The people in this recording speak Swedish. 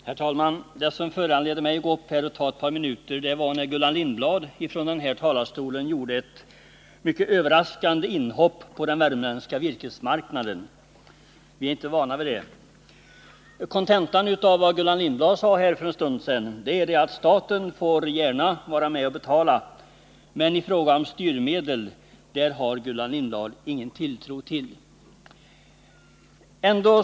Herr talman! Det som föranledde mig att gå upp i talarstolen ett par minuter var att Gullan Lindblad gjorde ett mycket överraskande inhopp på den värmländska virkesmarknaden. Vi är inte vana vid det. Kontentan av det Gullan Lindblad sade för en stund sedan är att staten gärna får vara med och betala, men i fråga om styrmedlen har Gullan Lindblad ingen tilltro till staten.